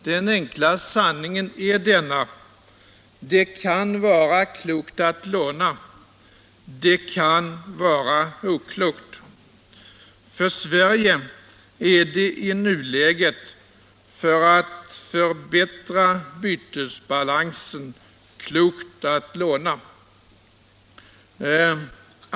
Den enkla sanningen är denna: Det kan vara klokt att låna. Det kan vara oklokt. För Sverige är det i nuläget för att förbättra bytesbalansen klokt att låna.